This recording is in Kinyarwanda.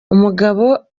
umugabo